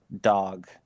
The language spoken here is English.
dog